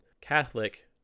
Catholic